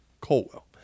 Colwell